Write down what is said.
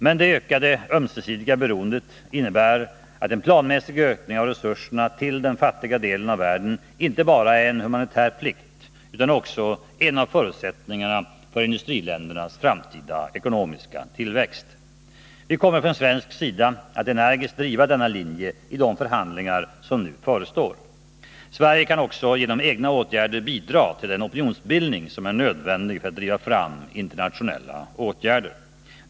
Men det ökade ömsesidiga beroendet innebär att en planmässig ökning av resurserna till den fattiga delen av världen inte bara är en humanitär plikt utan också en av förutsättningarna för industriländernas framtida ekonomiska tillväxt. Vi kommer från svensk sida att energiskt driva denna linje i de förhandligar som nu förestår. Sverige kan också genom egna åtgärder bidra till den opinionsbildning som är nödvändig för att driva fram internationella åtgärder.